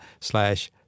slash